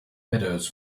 meadows